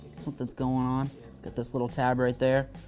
something's going on, got this little tab right there.